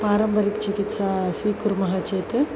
पारम्परिकचिकित्सां स्वीकुर्मः चेत्